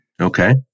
Okay